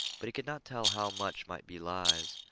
but he could not tell how much might be lies.